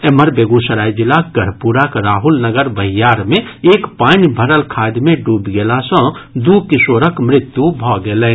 एम्हर बेगूसराय जिलाक गढ़पुराक राहुल नगर बहियार मे एक पानि भरल खाधि मे डूबि गेला सँ दू किशोरक मृत्यु भऽ गेलनि